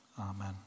Amen